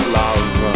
love